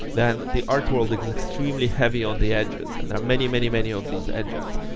then the art world is extremely heavy on the edges, and there are many many many of these edges.